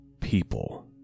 people